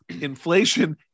inflation